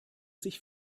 sich